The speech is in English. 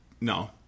no